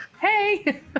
hey